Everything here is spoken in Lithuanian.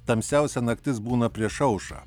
tamsiausia naktis būna prieš aušrą